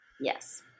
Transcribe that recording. Yes